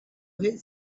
hit